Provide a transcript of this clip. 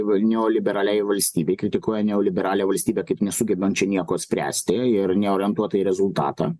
neoliberaliai valstybei kritikuoja neoliberalią valstybę kaip nesugebančią nieko spręsti ir neorientuotą į rezultatą